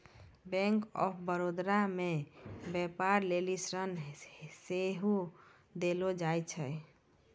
bank of Baroda मे व्यपार लेली ऋण सेहो देलो जाय छै